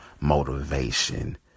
motivation